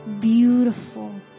beautiful